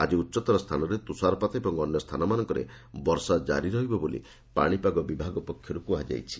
ଆଜି ଉଚ୍ଚତର ସ୍ଥାନରେ ତୁଷାରପାତ ଏବଂ ଅନ୍ୟ ସ୍ଥାନମାନଙ୍କରେ ବର୍ଷା କାରି ରହିବ ବୋଲି ପାଣିପାଗ ବିଭାଗ ପକ୍ଷର୍ତ୍ କୃହାଯାଇଛି